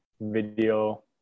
video